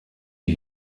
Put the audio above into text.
die